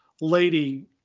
lady